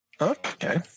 Okay